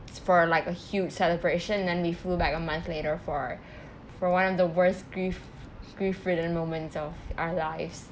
for like a huge celebration and then we flew back a month later for for one of the worst grief grief ridden moments of our lives